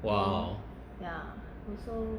!wow!